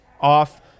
off